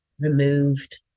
Removed